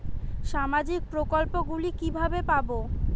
সামাজিক প্রকল্প গুলি কিভাবে পাব?